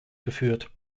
geführt